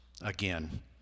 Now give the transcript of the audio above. again